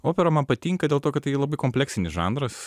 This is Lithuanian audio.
opera man patinka dėl to kad tai labai kompleksinis žanras